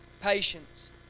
Patience